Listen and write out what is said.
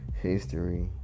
history